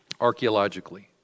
archaeologically